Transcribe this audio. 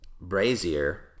brazier